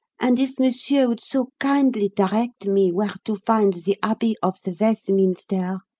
and if monsieur would so kindly direct me where to find the abbey of the ves'minster